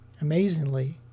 Amazingly